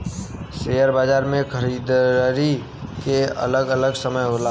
share बाजार मे खरीदारी के अलग अलग समय होला